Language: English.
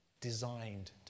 designed